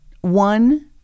one